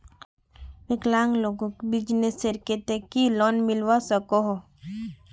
विकलांग लोगोक बिजनेसर केते की लोन मिलवा सकोहो?